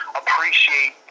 appreciate